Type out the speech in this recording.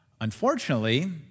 Unfortunately